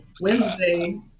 Wednesday